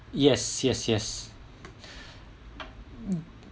yes yes yes